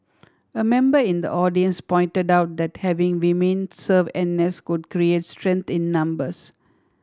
a member in the audience pointed out that having women serve N S could create strength in numbers